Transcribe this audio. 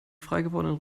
freigewordenen